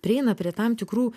prieina prie tam tikrų